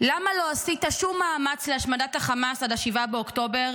למה לא עשית שום מאמץ להשמדת החמאס עד 7 באוקטובר,